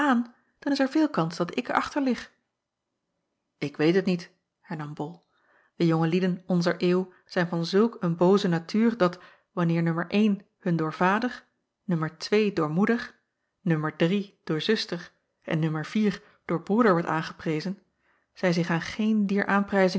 dan is er veel kans dat ik achterlig ik weet het niet hernam bol de jonge lieden onzer eeuw zijn van zulk een booze natuur dat wanneer nummer een hun door vader nummer twee door moeder nummer drie door zuster en nummer vier door broeder wordt aangeprezen zij zich aan geene dier aanprijzingen